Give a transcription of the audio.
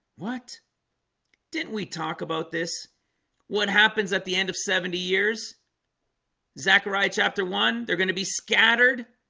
what didn't we talk about this what happens at the end of seventy years zechariah chapter one they're going to be scattered